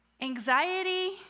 Anxiety